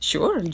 Sure